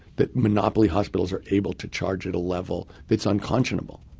that monopoly hospitals are able to charge at a level that's unconscionable.